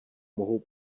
mohou